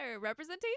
representation